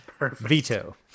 Veto